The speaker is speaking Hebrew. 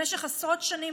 במשך עשרות שנים,